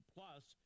Plus